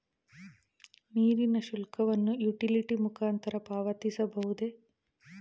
ನೀರಿನ ಶುಲ್ಕವನ್ನು ಯುಟಿಲಿಟಿ ಮುಖಾಂತರ ಪಾವತಿಸಬಹುದೇ?